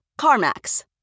CarMax